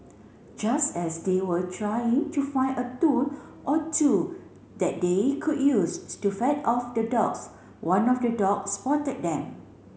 just as they were trying to find a tool or two that they could use to fend off the dogs one of the dogs spotted them